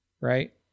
right